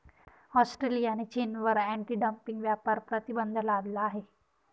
ऑस्ट्रेलियाने चीनवर anti dumping व्यापार प्रतिबंध लादला आहे